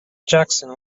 jackson